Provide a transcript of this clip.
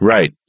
Right